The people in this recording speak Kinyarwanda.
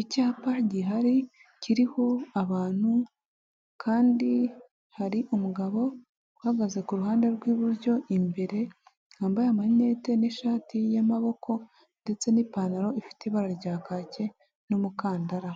icyapa gihari kiriho abantu kandi hari umugabo uhagaze k'uruhande rw'iburyo, imbere yambaye amarinete n'ishati y'amaboko ndetse n'ipantaro ifite ibara rya kake n'umukandara.